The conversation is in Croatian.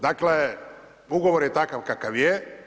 Dakle, ugovor je takav kakav je.